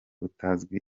utazwi